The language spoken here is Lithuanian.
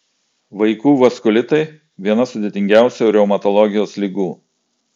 vaikų vaskulitai viena sudėtingiausių reumatologijos ligų